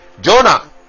Jonah